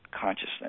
consciousness